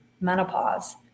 menopause